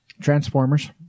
Transformers